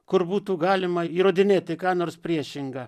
kur būtų galima įrodinėti ką nors priešinga